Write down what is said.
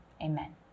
amen